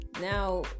Now